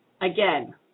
again